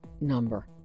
number